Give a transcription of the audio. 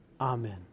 Amen